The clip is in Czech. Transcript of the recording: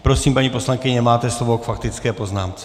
Prosím, paní poslankyně, máte slovo k faktické poznámce.